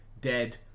dead